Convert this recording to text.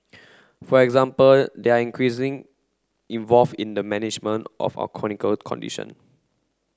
for example they are increasing involve in the management of our chronical condition